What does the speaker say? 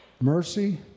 mercy